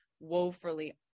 woefully